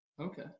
Okay